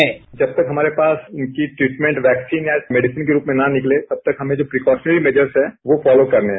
sound bite जब तक हमारे पास उनकी treatment vaccine as a medicine के रूप में न निकले तब तक हमें जो प्रीकॉशनरी मेजर्स है वो फॉलो करने हैं